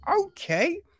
okay